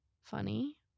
funny